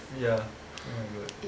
ya oh my god